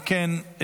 אם כן,